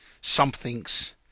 something's